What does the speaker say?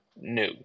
new